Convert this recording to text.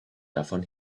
davon